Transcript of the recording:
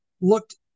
looked